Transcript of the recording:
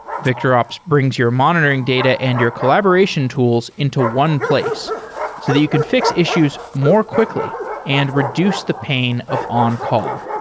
victorops brings your monitoring data and your collaboration tools into one place so that you can fix issues more quickly and reduce the pain of on-call.